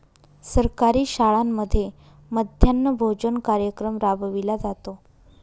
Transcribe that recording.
सरकारी शाळांमध्ये मध्यान्ह भोजन कार्यक्रम राबविला जातो